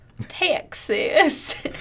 Texas